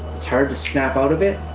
it's hard to snap out of it,